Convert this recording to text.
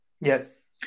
Yes